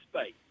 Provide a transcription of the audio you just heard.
space